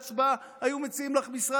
והיו מציעים לך משרד ממשלתי.